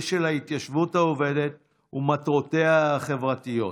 של ההתיישבות העובדת ומטרותיה החברתיות,